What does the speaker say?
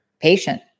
patient